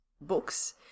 books